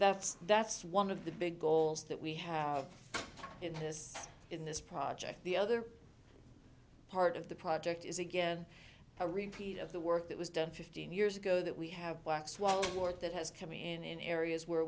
that's that's one of the big goals that we have in this in this project the other part of the project is again a repeat of the work that was done fifteen years ago that we have blacks wall wart that has come in in areas where